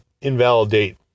invalidate